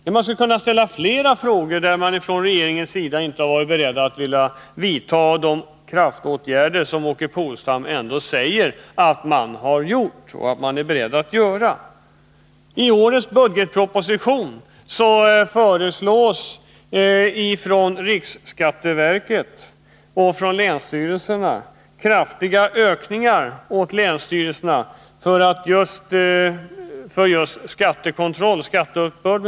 Man skulle kunna ställa fler frågor om andra områden där regeringen inte har varit beredd att sätta in de kraftfulla åtgärder som Åke Polstam säger att regeringen har vidtagit och är beredd att vidta. I årets budgetproposition föreslås från riksskatteverket och länsstyrelserna kraftiga ökningar till länsstyrelserna för arbetet med just skattekontroll och skatteuppbörd.